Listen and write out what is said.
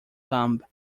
thumb